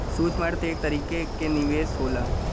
सूक्ष्म अर्थ एक तरीके क निवेस होला